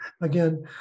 Again